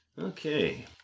Okay